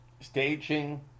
staging